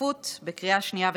בדחיפות בקריאה שנייה ושלישית.